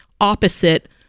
opposite